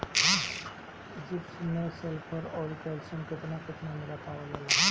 Gypsum मैं sulphur औरी calcium कितना कितना पावल जाला?